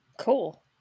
Cool